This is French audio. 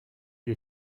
des